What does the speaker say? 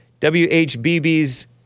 WHBB's